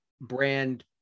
brand